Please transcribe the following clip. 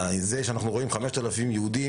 זה שאנחנו רואים 5,000 יהודים,